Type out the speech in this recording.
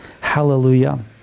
Hallelujah